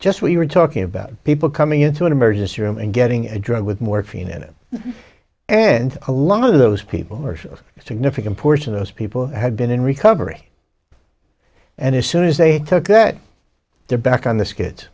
we were talking about people coming into an emergency room and getting a drug with morphine in it and a lot of those people or a significant portion of those people had been in recovery and as soon as they took that they are back on the ski